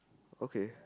okay